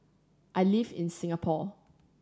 I live in Singapore